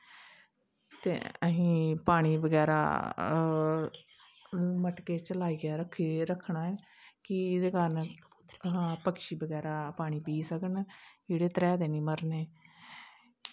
अस पानी बगैरा ओह् मटके च लाइयै रक्खना ऐं कि पक्षी बगैरा पानी पी सकन जेह्ड़े त्रैहे दे नी मरन एह्